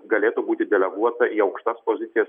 galėtų būti deleguota į aukštas pozicijas